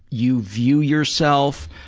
you view yourself